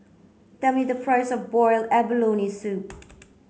tell me the price of boiled abalone soup